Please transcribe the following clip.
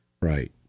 Right